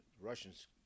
Russians